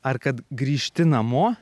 ar kad grįžti namo